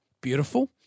beautiful